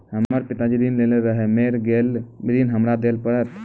हमर पिताजी ऋण लेने रहे मेर गेल ऋण हमरा देल पड़त?